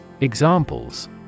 Examples